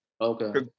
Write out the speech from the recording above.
Okay